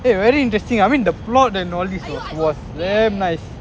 eh very interesting I mean the plot and all these was damn nice